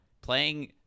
playing